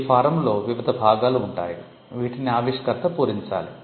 ఈ ఫారమ్లో వివిధ భాగాలు ఉంటాయి వీటిని ఆవిష్కర్త పూరించాలి